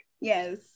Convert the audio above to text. yes